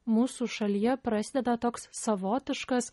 mūsų šalyje prasideda toks savotiškas